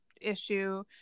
issue